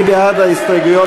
ההסתייגויות